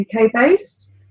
UK-based